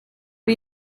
are